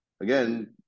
again